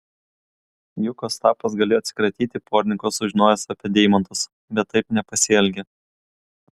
juk ostapas galėjo atsikratyti porininko sužinojęs apie deimantus bet taip nepasielgė